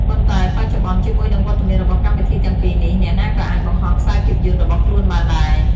ប៉ុន្តែបច្ចុប្បន្ន ជាមួយនឹងវត្តមានរបស់កម្មវិធីទាំងពីរនេះ អ្នកណាក៏អាចបង្ហោះខ្សែភាពយន្តរបស់ខ្លួនបានដែរ។